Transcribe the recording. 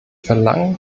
verlangen